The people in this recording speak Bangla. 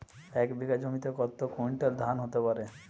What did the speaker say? এক বিঘা জমিতে কত কুইন্টাল ধান হতে পারে?